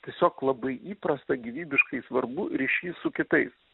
tiesiog labai įprasta gyvybiškai svarbu ryšys su kitais